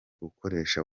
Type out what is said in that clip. ukoresha